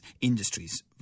industries